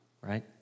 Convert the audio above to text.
right